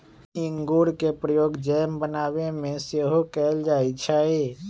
इंगूर के प्रयोग जैम बनाबे में सेहो कएल जाइ छइ